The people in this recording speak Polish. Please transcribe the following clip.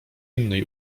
innej